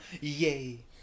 Yay